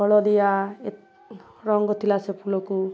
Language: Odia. ହଳଦିଆ ଏ ରଙ୍ଗ ଥିଲା ସେ ଫୁଲକୁ